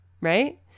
right